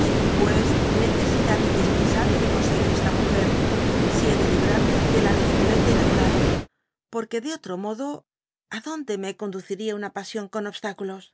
tengo pues necesidad dby google índispenwible de conseguir esta muger ú h de librarme de la ridicnles de enamorado porque de otro modo donde me conduciría una pasión con obstáculos